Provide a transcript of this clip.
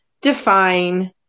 define